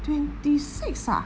twenty six ah